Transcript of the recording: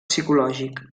psicològic